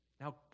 Now